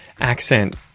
Accent